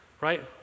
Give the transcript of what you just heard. right